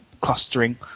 clustering